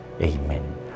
Amen